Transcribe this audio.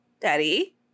daddy